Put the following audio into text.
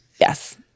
Yes